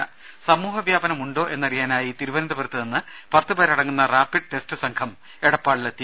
രുര സമൂഹ വ്യാപന മുണ്ടോ എന്നറിയാനായി തിരുവനന്തപുരത്തു നിന്ന് പത്ത് പേരടങ്ങുന്ന റാപ്പിഡ് ടെസ്റ്റ് സംഘം എടപ്പാളിലെത്തി